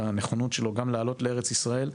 והנכונות שלו גם לעלות לארץ ישראל,